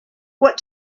what